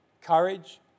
courage